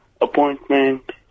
appointment